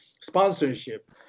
sponsorship